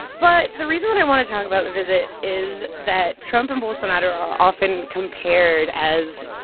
but the reason that i want to talk about the visit is that trump and bolsonaro are are often compared as,